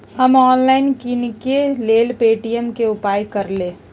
हम ऑनलाइन किनेकेँ लेल पे.टी.एम के उपयोग करइले